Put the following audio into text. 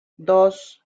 dos